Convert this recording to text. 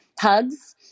hugs